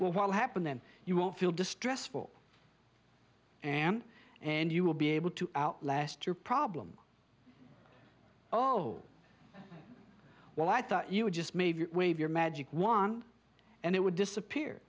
will happen then you won't feel distressful and and you will be able to outlast your problem oh well i thought you would just maybe wave your magic wand and it would disappear